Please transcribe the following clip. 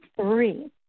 three